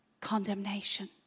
condemnation